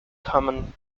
common